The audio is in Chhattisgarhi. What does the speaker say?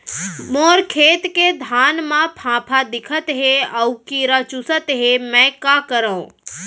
मोर खेत के धान मा फ़ांफां दिखत हे अऊ कीरा चुसत हे मैं का करंव?